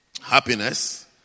happiness